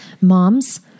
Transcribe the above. moms